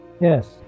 Yes